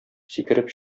сикереп